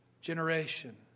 generation